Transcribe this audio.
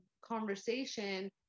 conversation